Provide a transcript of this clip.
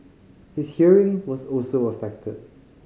his hearing was also affected